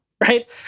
right